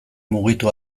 mugitu